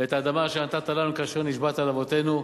ואת האדמה אשר נתתה לנו כאשר נשבעת לאבתינו,